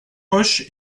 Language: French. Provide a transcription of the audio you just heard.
roche